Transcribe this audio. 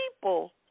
people